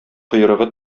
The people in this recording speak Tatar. койрыгы